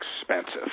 expensive